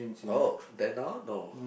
oh then now no